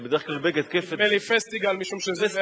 בדרך כלל בג"ד כפ"ת, נדמה לי פסטיגל, משום שזה,